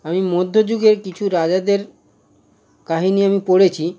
আমি মধ্যযুগের কিছু রাজাদের কাহিনি আমি পড়েছি